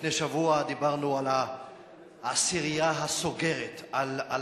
לפני שבוע דיברנו על העשירייה הסוגרת, על